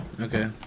okay